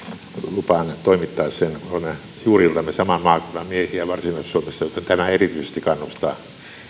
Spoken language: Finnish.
lupaan toimittaa sen olemme juuriltamme saman maakunnan miehiä varsinais suomesta joten tämä erityisesti kannustaa